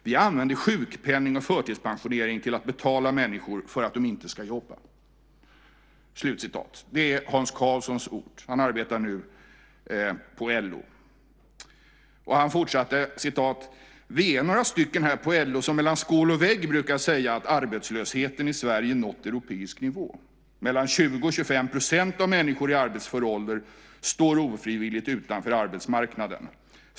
Vi använder sjukpenning och förtidspensionering till att betala människor för att de inte ska jobba." Detta är Hans Karlssons ord. Han arbetar nu på LO. Han fortsätter: "Vi är några stycken här på LO som mellan skål och vägg brukar säga att arbetslösheten i Sverige nått europeisk nivå. Mellan 20 och 25 % av människor i arbetsför ålder står ofrivilligt utanför arbetsmarknaden."